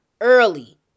early